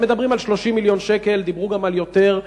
הם מדברים על 30 מיליון שקל ודיברו גם על יותר,